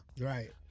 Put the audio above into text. Right